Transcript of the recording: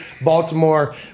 Baltimore